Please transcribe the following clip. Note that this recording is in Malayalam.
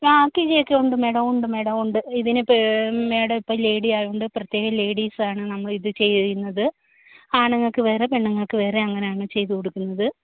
ആ കിഴിയക്കെ ഉണ്ട് മേഡം ഉണ്ട് മേഡം ഉണ്ട് ഇതിന് പേ മേഡം ഇപ്പോൾ ലേഡി ആയോണ്ട് പ്രത്യേകം ലേഡീസാണ് നമ്മൾ ഇത് ചെയ്യുന്നത് ആണുങ്ങൾക്ക് വേറെ പെണ്ണുങ്ങൾക്ക് വേറെ അങ്ങനാണ് ചെയ്ത കൊടുക്കുന്നത്